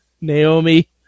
Naomi